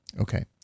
okay